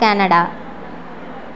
Canada